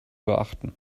beachten